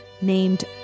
named